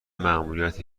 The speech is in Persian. ماموریت